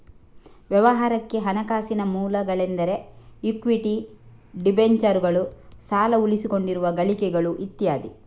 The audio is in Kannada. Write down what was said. ವ್ಯವಹಾರಕ್ಕೆ ಹಣಕಾಸಿನ ಮೂಲಗಳೆಂದರೆ ಇಕ್ವಿಟಿ, ಡಿಬೆಂಚರುಗಳು, ಸಾಲ, ಉಳಿಸಿಕೊಂಡಿರುವ ಗಳಿಕೆಗಳು ಇತ್ಯಾದಿ